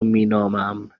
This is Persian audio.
مینامم